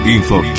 Info